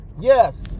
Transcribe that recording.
Yes